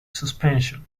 suspension